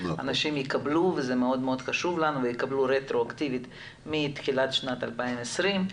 אנשים יקבלו ויקבלו רטרואקטיבית מתחילת 2020,